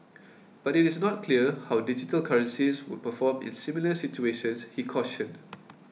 but it is not clear how digital currencies would perform in similar situations he cautioned